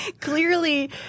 clearly